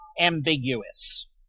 ambiguous